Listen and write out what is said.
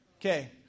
Okay